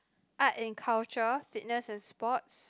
art and culture fitness and sports